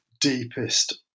deepest